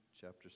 chapter